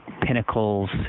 pinnacles